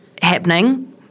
happening